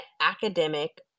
academic